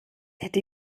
hätte